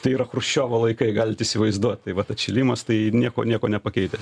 tai yra chruščiovo laikai galit įsivaizduot tai vat atšilimas tai nieko nieko nepakeitę